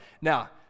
Now